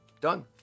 Done